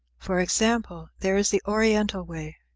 for example, there is the oriental way.